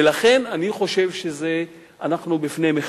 ולכן אני חושב שאנחנו בפני מחטף.